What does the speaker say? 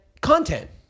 content